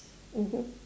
mmhmm